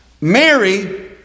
Mary